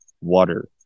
water